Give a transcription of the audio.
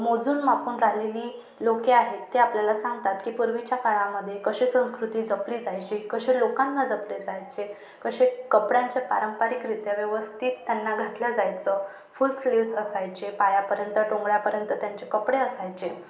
मोजून मापून राहिलेली लोक आहेत ते आपल्याला सांगतात की पूर्वीच्या काळामध्ये कसे संस्कृती जपली जायची कसे लोकांना जपले जायचे कसे कपड्यांच्या पारंपरिकरीत्या व्यवस्थित त्यांना घातलं जायचं फुल स्लीव्स असायचे पायापर्यंत टोंगळ्यापर्यंत त्यांचे कपडे असायचे